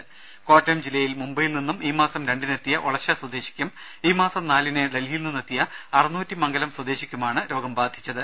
രുര കോട്ടയം ജില്ലയിൽ മുംബൈയിൽനിന്നും ഈ മാസം രണ്ടിന് എത്തിയ ഒളശ്ശ സ്വദേശിക്കും ഈ മാസം നാലിന് ഡൽഹിയിൽ നിന്നെത്തിയ അറുന്നൂറ്റി മംഗലം സ്വദേശിക്കുമാണ് രോഗം ബാധിച്ചത്